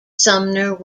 sumner